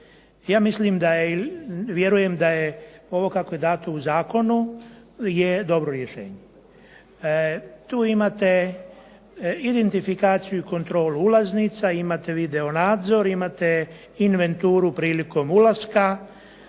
Mislim da je vjerujem da je ovo kako je dato u zakonu, je dobro rješenje. Tu imate identifikaciju i kontrolu ulaznica, imate video nadzor, imate inventuru prilikom ulaska,